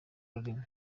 ururimi